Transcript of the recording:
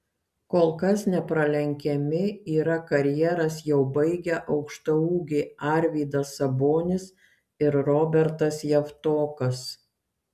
kol kas nepralenkiami yra karjeras jau baigę aukštaūgiai arvydas sabonis ir robertas javtokas